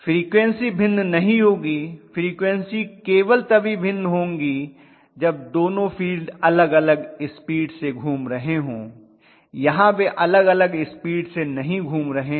frequency भिन्न नहीं होंगी फ्रीक्वन्सी केवल तभी भिन्न होंगी जब दोनों फील्ड अलग अलग स्पीड से घूम रहे हों यहाँ वे अलग अलग स्पीड से नहीं घूम रहे हैं